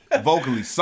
vocally